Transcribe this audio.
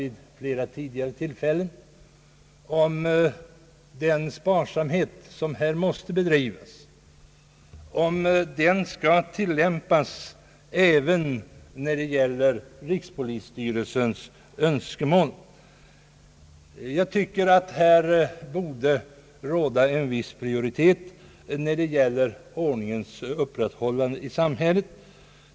Jag har vid flera till fällen också ifrågasatt om den sparsamhet, som måste iakttas, även skall gälla rikspolisstyrelsens önskemål. Jag tycker att viss prioritet borde tillämpas när det gäller ordningens upprätthållande.